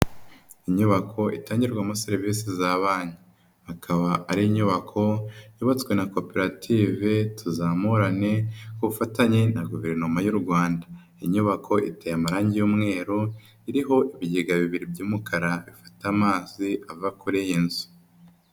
Inyubako itangirwamo serivisi za banki. Ikaba ari inyubako yubatswe na koperative Tuzamurane ku bufatanye na guverinoma y'u Rwanda. Inyubako iteye amarangi y'umweru iriho ibigega bibiri by'umukara bifite amazi ava hejuru y'nzu.